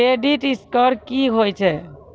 Credit score की होय छै?